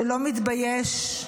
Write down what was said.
שלא מתבייש,